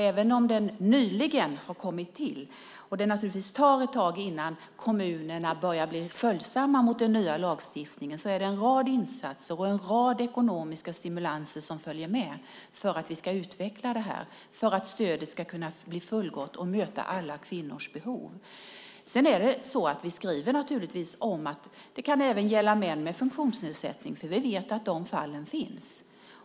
Även om den nyligen har kommit till och det naturligtvis tar ett tag innan kommunerna börjar bli följsamma mot den nya lagstiftningen är det en rad insatser och en rad ekonomiska stimulanser som följer med för att vi ska utveckla det här, för att stödet ska kunna bli fullgott och möta alla kvinnors behov. Vi skriver naturligtvis att det även kan gälla män med funktionsnedsättning, för vi vet att de fallen finns.